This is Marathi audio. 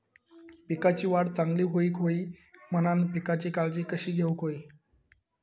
पिकाची वाढ चांगली होऊक होई म्हणान पिकाची काळजी कशी घेऊक होई?